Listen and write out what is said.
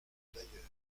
bailleur